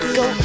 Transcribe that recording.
go